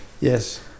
Yes